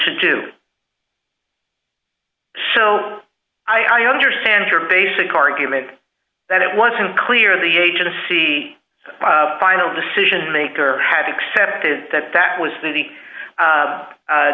to do so i understand your basic argument that it wasn't clear in the agency a final decision maker had accepted that that was the